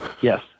yes